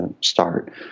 start